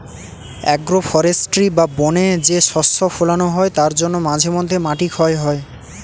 agro forestry বা বনে যে শস্য ফোলানো হয় তার জন্য মাঝে মধ্যে মাটি ক্ষয় হয়